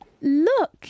look